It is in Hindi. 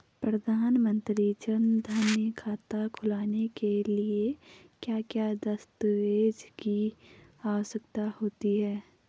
प्रधानमंत्री जन धन खाता खोलने के लिए क्या क्या दस्तावेज़ की आवश्यकता होती है?